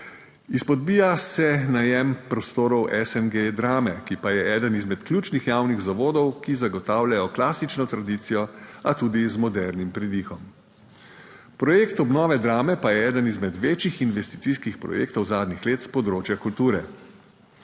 Izpodbija se najem prostorov SNG Drame, ki pa je eden izmed ključnih javnih zavodov, ki zagotavljajo klasično tradicijo, a tudi z modernim pridihom. Projekt obnove Drame pa je eden izmed večjih investicijskih projektov zadnjih let s področja kulture.